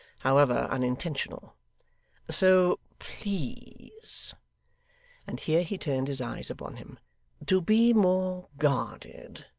however unintentional so please and here he turned his eyes upon him to be more guarded.